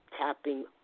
tapping